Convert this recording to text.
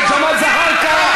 ג'מאל זחאלקה.